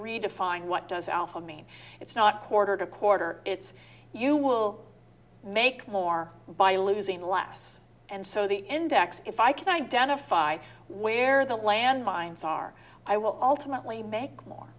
redefine what does alpha mean it's not quarter to quarter it's you will make more by losing the last and so the index if i can identify where the land mines are i will ultimately make more